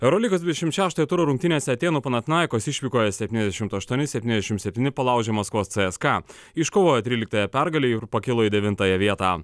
eurolygos dvidešim šeštojo turo rungtynėse atėnų panatinaikos išvykoje septyniasdešim aštuoni septyniasdešim septyni palaužė maskvos c es ka iškovojo tryliktąją pergalę ir pakilo į devintąją vietą